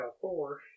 four